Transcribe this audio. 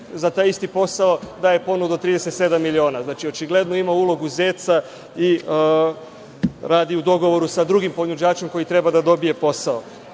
za taj isti posao daje ponudu od 37 miliona. Znači, očigledno ima ulogu „zeca“ i radi u dogovoru sa drugim ponuđačem koji treba da dobije posao. Sama